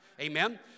Amen